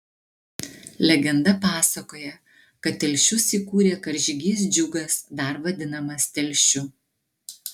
legenda pasakoja kad telšius įkūrė karžygys džiugas dar vadinamas telšiu